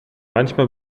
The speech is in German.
manchmal